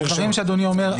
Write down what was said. הדברים שאדוני אומר,